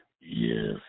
Yes